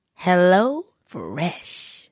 HelloFresh